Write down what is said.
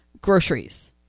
groceries